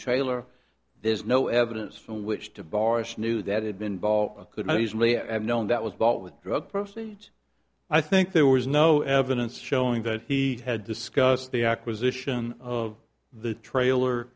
trailer there's no evidence from which to bar snoo that had been ball could easily have known that was bought with drug proceeds i think there was no evidence showing that he had discussed the acquisition of the trailer